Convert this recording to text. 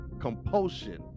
compulsion